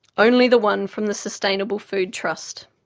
only the one from the sustainable food trust.